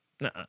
no